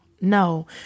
no